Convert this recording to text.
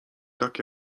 tak